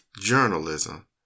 journalism